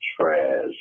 Trash